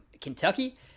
Kentucky